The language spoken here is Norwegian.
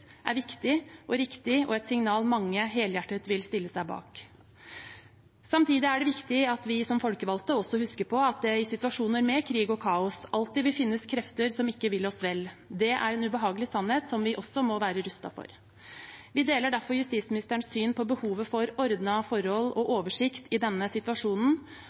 er viktig og riktig og et signal mange helhjertet vil stille seg bak. Samtidig er det viktig at vi som folkevalgte også husker på at det i situasjoner med krig og kaos alltid vil finnes krefter som ikke vil oss vel. Det er en ubehagelig sannhet som vi også må være rustet for. Vi deler derfor justisministerens syn på behovet for ordnede forhold og oversikt i denne situasjonen,